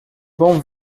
bom